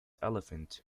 elephant